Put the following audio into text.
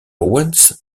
owens